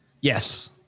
Yes